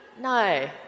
No